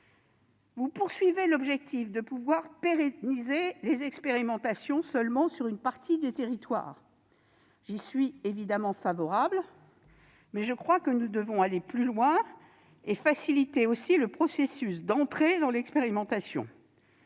Vous avez l'objectif de pérenniser les expérimentations sur une partie seulement du territoire ; j'y suis évidemment favorable, mais je crois que nous devons aller plus loin et faciliter aussi le processus d'entrée dans l'expérimentation.